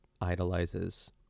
idolizes